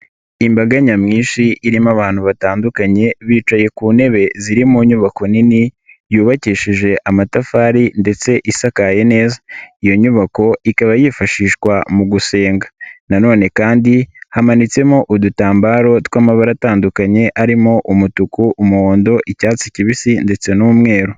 Imbaga nyamwinshi irimo abantu batandukanye bicaye ku ntebe ziri mu nyubako nini yubakishije amatafari ndetse isakaye neza, iyo nyubako ikaba yifashishwa mu gusenga nanone kandi hamanitsemo udutambaro tw'amabara atandukanye arimo umutuku, umuhondo, icyatsi kibisi ndetse n'umweru.